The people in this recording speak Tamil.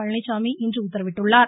பழனிச்சாமி இன்று உத்தரவிட்டுள்ளார்